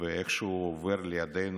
ואיכשהו עובר לידינו,